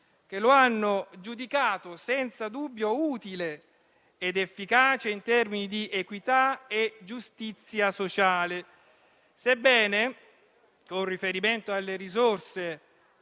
che lo hanno giudicato senza dubbio utile ed efficace in termini di equità e giustizia sociale, sebbene, con riferimento alle risorse